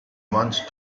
once